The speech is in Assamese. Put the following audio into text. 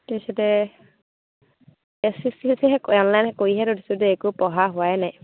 তাৰপাছতে এছ এছ চি চে চেচ চি সেই অনলাইনে কৰিহে থৈ দিছো দেই একো পঢ়া হোৱাই নাই